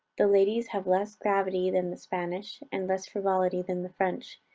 the ladies have less gravity than the spanish, and less frivolity than the french,